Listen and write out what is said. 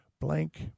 Blank